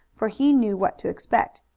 for he knew what to expect,